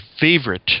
favorite